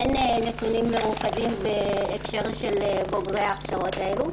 אין נתונים מרוכזים בהקשר של בוגרי ההכשרות האלו.